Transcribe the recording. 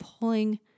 pulling